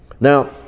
now